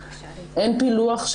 של